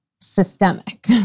systemic